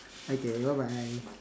okay bye bye